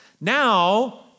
Now